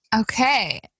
okay